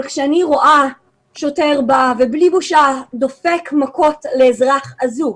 אבל כשאני רואה שוטר בא ובלי בושה דופק מכות לאזרח אזוק,